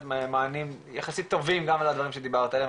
מענים יחסית טובים גם לדברים שדיברת עליהם,